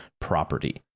property